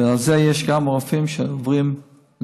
ועל זה יש גם רופאים שעוברים לפריפריה.